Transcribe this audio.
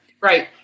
Right